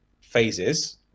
phases